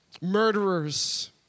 murderers